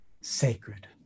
sacred